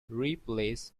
replace